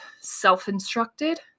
self-instructed